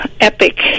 Epic